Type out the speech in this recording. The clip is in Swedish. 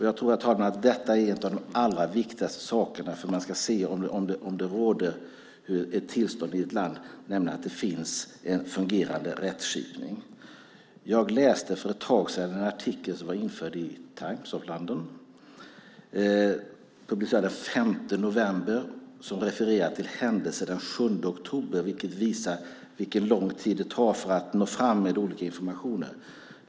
Jag tror, herr talman, att detta är en av de allra viktigaste sakerna när man ska se vilket tillstånd som råder i ett land, nämligen att det finns en fungerande rättskipning. Jag läste för ett tag sedan en artikel som var införd i Times of London. Den var publicerad den 5 november och refererade till händelser den 7 oktober, vilket visar vilken lång tid det tar att nå fram med olika informationer.